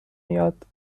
میاد